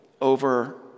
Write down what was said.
over